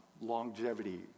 Longevity